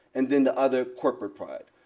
and then the other corporate pride.